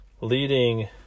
leading